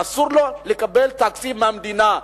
אסור לו לקבל תקציב מהמדינה.